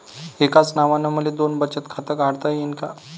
एकाच नावानं मले दोन बचत खातं काढता येईन का?